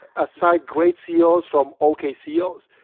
aside great ceos from okay ceos,